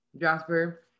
Jasper